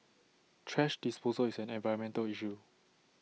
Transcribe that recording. thrash disposal is an environmental issue